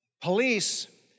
police